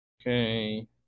Okay